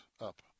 up